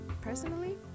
personally